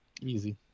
Easy